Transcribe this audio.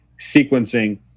sequencing